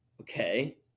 okay